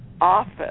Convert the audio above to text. office